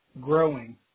growing